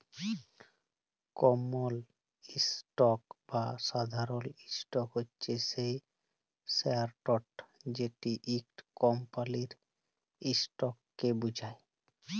কমল stock বা সাধারল stock হছে সেই শেয়ারট যেট ইকট কমপালির ইসটককে বুঝায়